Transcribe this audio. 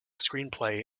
screenplay